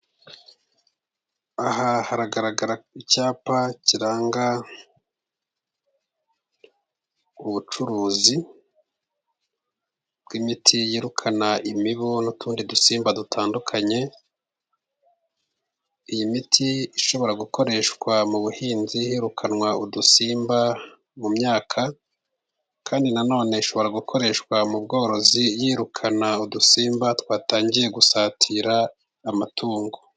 Aha hagaragara icyapa kiranga ubucuruzi bw'imiti yirukana imibu n'utundi dusimba dutandukanye. Iyi miti ishobora gukoreshwa mu buhinzi, hirukanwa udusimba mu myaka. Kandi na none ishobora gukoreshwa mu bworozi, yirukana udusimba twatangiye gusatira amatungo.